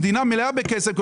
המדינה מלאה בכסף.